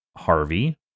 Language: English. Harvey